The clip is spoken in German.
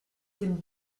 dem